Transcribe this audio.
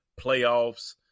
playoffs